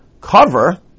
cover